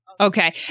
Okay